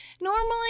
Normally